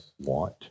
want